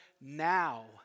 now